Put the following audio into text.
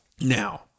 Now